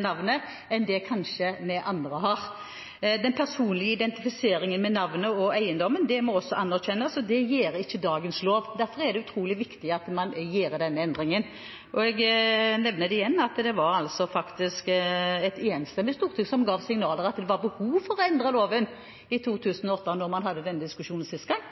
navnet enn det kanskje vi andre har. Den personlige identifiseringen med navnet og eiendommen må også anerkjennes, og det gjør ikke dagens lov. Derfor er det utrolig viktig at man gjør denne endringen. Jeg nevner igjen at det faktisk var et enstemmig storting som ga signal om at det var behov for å endre loven, i 2008 da man hadde denne diskusjonen